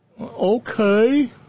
Okay